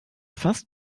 fast